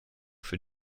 für